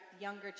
younger